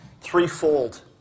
threefold